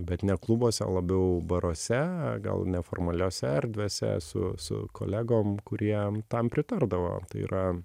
bet ne klubuose o labiau baruose gal neformaliose erdvėse su su kolegom kurie tam pritardavo tai yra